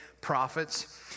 prophets